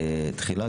תחילה,